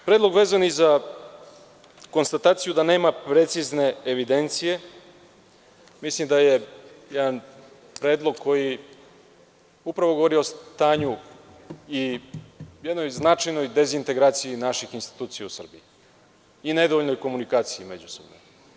Predlog vezan i za konstataciju da nema precizne evidencije – mislim da je jedan predlog koji upravo govori o stanju i jednoj značajnoj dezintegraciji naših institucija u Srbiji i nedovoljnoj komunikaciji međusobno.